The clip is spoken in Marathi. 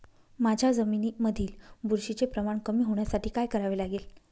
माझ्या जमिनीमधील बुरशीचे प्रमाण कमी होण्यासाठी काय करावे लागेल?